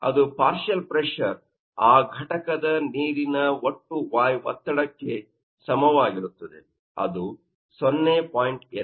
ಅದು partial pressure ಆ ಘಟಕದ ನೀರಿನ ಒಟ್ಟು y ಒತ್ತಡ ಕ್ಕೆ ಸಮನಾಗಿರುತ್ತದೆ